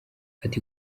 ati